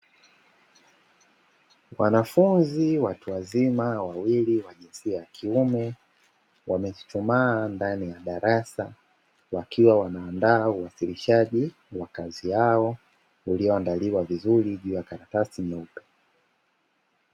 Wanafunzi watu wazima wawili wa jinsia ya kiume, wamechuchumaa ndani ya darasa, wakiwa wanaandaa uwasilishaji wa kazi yao iliyoandaliwa vizuri juu ya karatasi nyeupe.